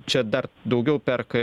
čia dar daugiau perka